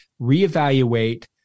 reevaluate